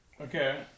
okay